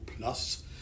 plus